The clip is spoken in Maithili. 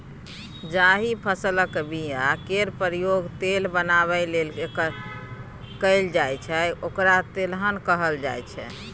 जाहि फसलक बीया केर प्रयोग तेल बनाबै लेल कएल जाइ छै ओकरा तेलहन कहल जाइ छै